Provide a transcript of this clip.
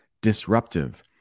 Disruptive